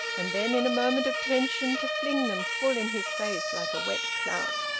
and then in a moment of tension to fling them full in his face, like a wet clout.